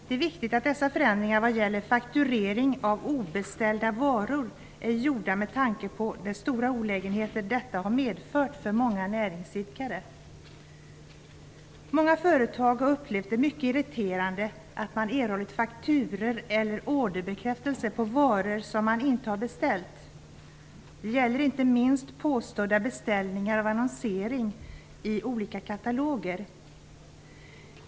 Det är viktigt att dessa förändringar vad gäller "faktureringar av obeställda varor" är gjorda med tanke på den stora olägenhet de har medfört för många näringsidkare. Många företag har upplevt det mycket irriterande att de erhållit fakturor eller orderbekräftelser för varor som de inte har beställt. Det gäller inte minst påstådda beställningar av annonsering i olika kataloger.